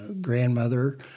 grandmother